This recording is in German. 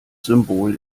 symbol